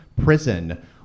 Prison